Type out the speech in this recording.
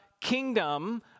kingdom